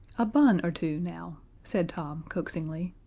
a bun or two, now, said tom, coaxingly.